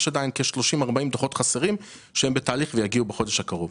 יש עדיין כ-40-30 דוחות חסרים שהם בתהליך ויגיעו בחודש הקרוב.